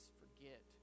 forget